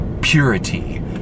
purity